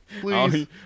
Please